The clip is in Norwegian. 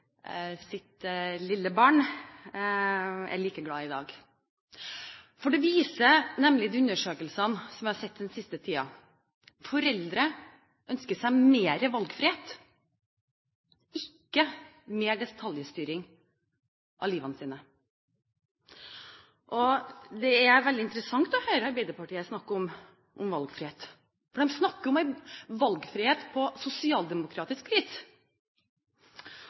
sitt lille barn, er like glade i dag. De undersøkelsene jeg har sett den siste tiden, viser nemlig at foreldre ønsker seg mer valgfrihet, ikke mer detaljstyring av livet sitt. Det er veldig interessant å høre Arbeiderpartiet snakke om valgfrihet, for de snakker om en valgfrihet på sosialdemokratisk